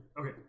Okay